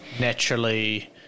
Naturally